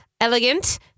Elegant